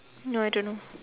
no I don't know